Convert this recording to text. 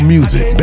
Music